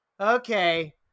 okay